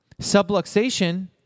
Subluxation